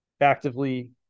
actively